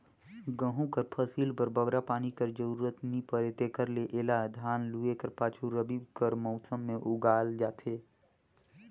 गहूँ कर फसिल बर बगरा पानी कर जरूरत नी परे तेकर ले एला धान लूए कर पाछू रबी कर मउसम में उगाल जाथे